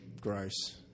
Gross